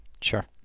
Sure